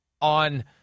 on